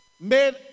made